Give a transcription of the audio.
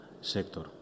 sector